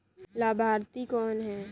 लाभार्थी कौन है?